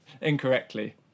Incorrectly